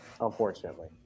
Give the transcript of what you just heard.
unfortunately